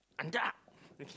Anda okay